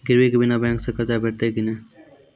गिरवी के बिना बैंक सऽ कर्ज भेटतै की नै?